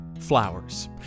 flowers